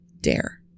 dare